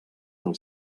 del